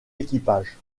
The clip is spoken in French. équipage